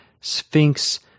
Sphinx